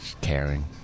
Caring